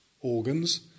organs